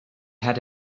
had